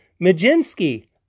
Majinski